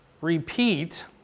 repeat